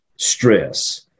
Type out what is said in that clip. stress